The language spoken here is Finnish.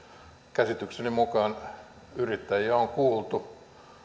käsitykseni mukaan yrittäjiä on kuultu